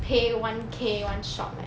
pay one K one shot like